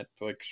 Netflix